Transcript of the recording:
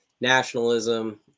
nationalism